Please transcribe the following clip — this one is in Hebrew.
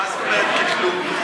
מה זאת אומרת קטלוג?